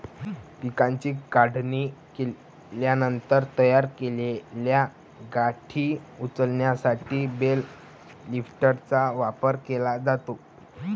पिकाची काढणी केल्यानंतर तयार केलेल्या गाठी उचलण्यासाठी बेल लिफ्टरचा वापर केला जातो